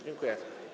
Dziękuję.